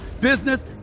business